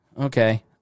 Okay